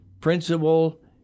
principle